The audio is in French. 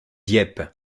dieppe